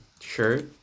shirt